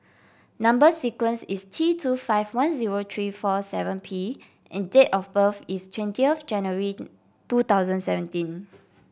number sequence is T two five one zero three four seven P and date of birth is twentieth January two thousand seventeen